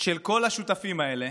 של כל השותפים האלה